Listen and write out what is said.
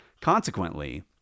Consequently